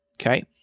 okay